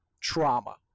trauma